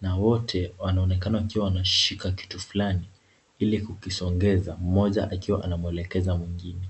na wote wanaonekana wakiwa wanashika kitu fulani, ili kukisongeza. Mmoja akiwa anamwelekeza mwingine.